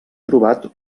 trobat